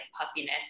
puffiness